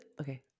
Okay